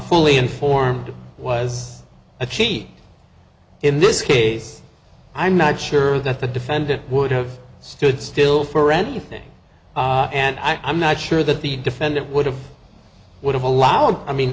fully informed was a cheat in this case i'm not sure that the defendant would have stood still for anything and i'm not sure that the defendant would have would have allowed i mean